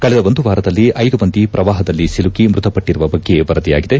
ಕಳೆದ ಒಂದು ವಾರದಲ್ಲಿ ಐದು ಮಂದಿ ಪ್ರವಾಹದಲ್ಲಿ ಸಿಲುಕಿ ಮೃತಪಟ್ಟರುವ ಬಗ್ಗೆ ವರದಿಯಾಗಿದೆ